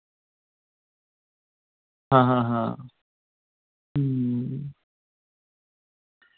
हां हां हां